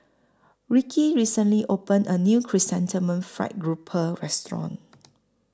Rickie recently opened A New Chrysanthemum Fried Grouper Restaurant